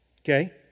Okay